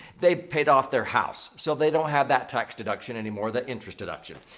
they paid off their house so they don't have that tax deduction anymore, the interest deduction.